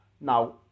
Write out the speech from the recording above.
Now